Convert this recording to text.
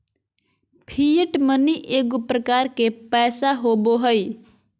fiat money एगो प्रकार के पैसा होबो हइ